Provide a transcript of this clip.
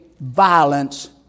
violence